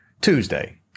Tuesday